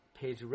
Page